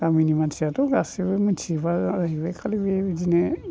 गामिनि मानसियाथ' गासिबो मोनथिजोबा जाहैबाय खालि बे बिदिनो